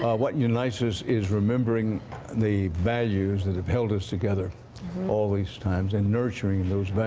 what unites us is remembering the values that have held us together all these times and nurtuing